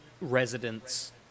residents